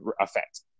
effect